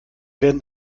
werden